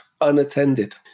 unattended